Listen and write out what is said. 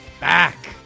back